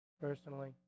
Personally